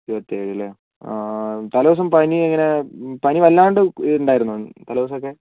ഇരുപത്തേഴ് അല്ലേ തലേ ദിവസം പനി എങ്ങനെ പനി വല്ലാണ്ട് ഉണ്ടായിരുന്നോ തലേ ദിവസം ഒക്കെ